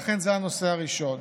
לכן, זה הנושא הראשון.